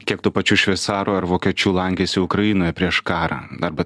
kiek tų pačių šveicarų ar vokiečių lankėsi ukrainoje prieš karą arba